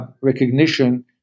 recognition